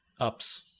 Ups